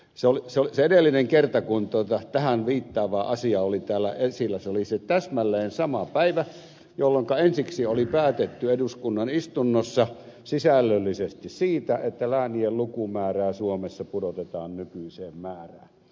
se edellinen kerta kun tähän viittaava asia oli täällä esillä oli täsmälleen samana päivänä jolloinka ensiksi oli päätetty eduskunnan istunnossa sisällöllisesti siitä että läänien lukumäärää suomessa pudotetaan nykyiseen määrään